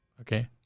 Okay